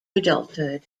adulthood